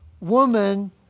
woman